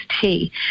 tea